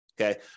okay